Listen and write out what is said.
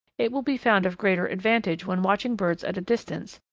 it will be found of greater advantage when watching birds at a distance,